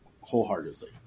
wholeheartedly